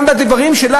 גם בדברים שלה,